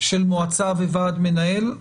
של מועצה וועד מנהל?